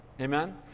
Amen